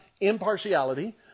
impartiality